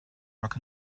rock